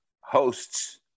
hosts